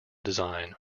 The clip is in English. design